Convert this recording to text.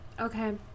Okay